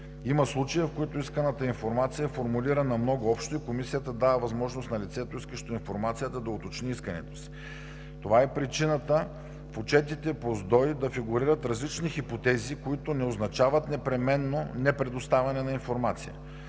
Има случаи, в които исканата информация е формулирана много общо и Комисията дава възможност на лицето, искащо информацията, да доуточни искането си. Това е причината в отчетите по Закона за физическото възпитание и спорта да фигурират различни хипотези, които не означават непременно не предоставяне на информация.